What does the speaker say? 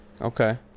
Okay